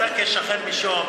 אתה כשכן משוהם,